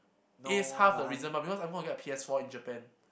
that is half of the reason why because I'm going to get a P_S-four in Japan